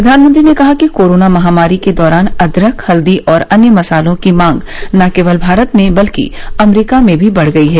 प्रधानमंत्री ने कहा कि कोरोना महामारी के दौरान अदरक हल्दी और अन्य मसालों की मांग न केवल भारत में बल्कि अमरीका में भी बढ़ गई है